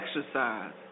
exercise